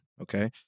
okay